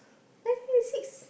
left three to six